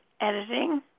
editing